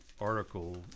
article